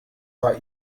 war